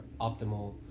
optimal